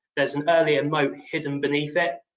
there's an earlier and moat hidden beneath it.